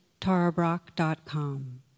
tarabrock.com